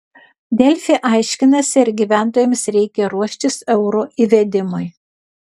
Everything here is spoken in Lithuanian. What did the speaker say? delfi aiškinasi ar gyventojams reikia ruoštis euro įvedimui